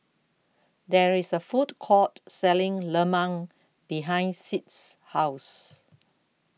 There IS A Food Court Selling Lemang behind Sid's House